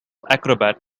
acrobat